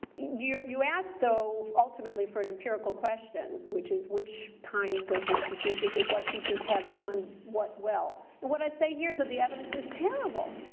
you you ask, though, ultimately for an empirical question, which is which kinds of institutions, with what features, have done what well? and what i'd say, here, is that the evidence is terrible.